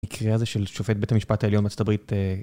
מקריאה זה של שופט בית המשפט העליון מארצות הברית.